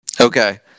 Okay